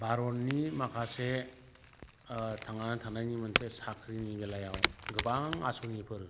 भारतनि माखासे थांना थानायनि मोनसे साख्रिनि बेलायाव गोबां आस'निफोर